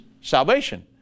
salvation